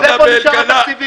--- אז איפה נשארו התקציבים האלה?